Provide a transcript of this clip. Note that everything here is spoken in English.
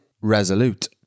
Resolute